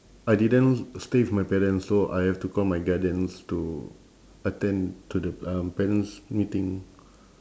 I didn't stay with my parents so I have to call my guardians to attend to the um parents meeting